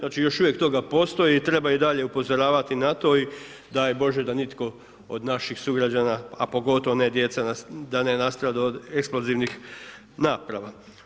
Znači još uvijek toga postoji i treba i dalje upozoravati na to i daj Bože da nitko od naših sugrađana, a pogotovo ne djeca da ne nastradaju od eksplozivnih naprava.